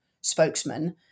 spokesman